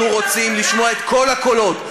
אנחנו, אנחנו רוצים לשמוע את כל הקולות.